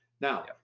Now